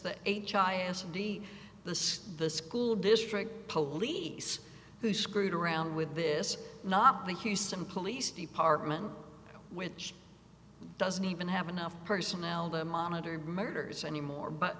the h i i acidy the say the school district police who screwed around with this not the houston police department which doesn't even have enough personnel that monitor murders anymore